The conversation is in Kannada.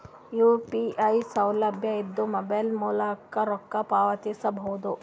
ಯು.ಪಿ.ಐ ಸೌಲಭ್ಯ ಇಂದ ಮೊಬೈಲ್ ಮೂಲಕ ರೊಕ್ಕ ಪಾವತಿಸ ಬಹುದಾ?